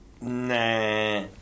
Nah